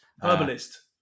Herbalist